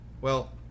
Well